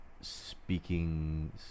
speaking